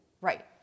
Right